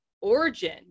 origin